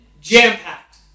jam-packed